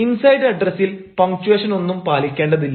inside അഡ്രസ്സിൽ punctuation ഒന്നും പാലിക്കേണ്ടതില്ല